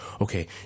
okay